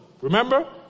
remember